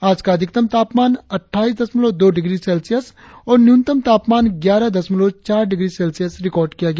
आज का अधिकतम तापमान अटठाईस दशमलव दो डिग्री सेल्सियस और न्यूनतम तापमान ग्यारह दशमलव चार डिग्री सेल्सियस रिकार्ड किया गया